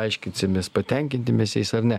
aiškinsimės patenkinti mes jais ar ne